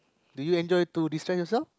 do you enjoy to de stress yourself